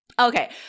Okay